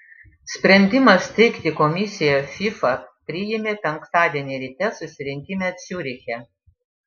sprendimą steigti komisiją fifa priėmė penktadienį ryte susirinkime ciuriche